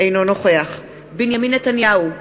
אינו נוכח בנימין נתניהו,